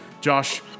Josh